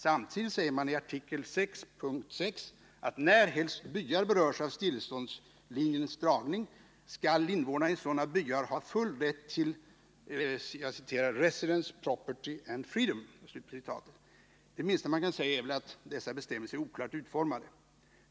Samtidigt säger man i artikel VI punkt 6 att när helst byar berörs av stilleståndslinjens dragning invånarna i sådana byar har full rätt till ”residence, property and freedom”. Det minsta man kan säga är väl att dessa bestämmelser är oklart utformade.